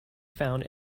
found